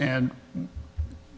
and